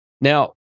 Now